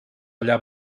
allà